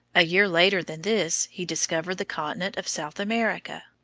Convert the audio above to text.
a year later than this he discovered the continent of south america.